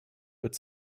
wird